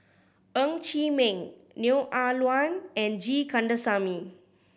Ng Chee Meng Neo Ah Luan and G Kandasamy